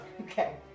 Okay